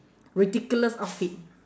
ridiculous outfit